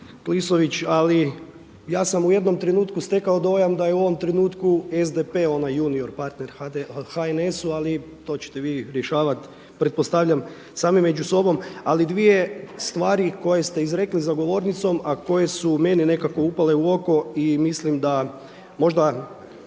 ali ja sam u jednom trenutku stekao dojam da je u ovom trenutku SDP onaj junior partner HNS-u ali to ćete vi rješavati pretpostavljam sami među sobom. Ali dvije stvari koje ste izrekli za govornicom, a koje su meni nekako upale u oko i mislim da možda